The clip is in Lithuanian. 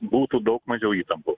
būtų daug mažiau įtampų